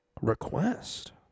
request